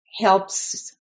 helps